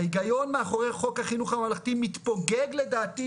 ההיגיון מאחורי חוק החינוך הממלכתי מתפוגג לדעתי,